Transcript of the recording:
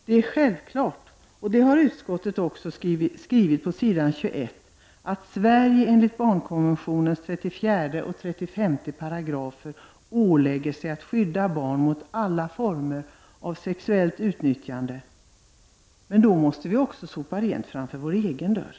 Det är självklart, och det har utskottet också skrivit på s. 21 i betänkandet, att Sverige enligt 34 och 35 §§ barnkonventionen ålägger sig att skydda barn mot alla former av sexuellt utnyttjande. Men då måste vi också sopa rent framför vår egen dörr.